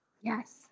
Yes